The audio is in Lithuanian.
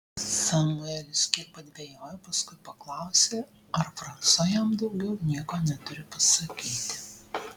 samuelis kiek padvejojo o paskui paklausė ar fransua jam daugiau nieko neturi pasakyti